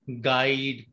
guide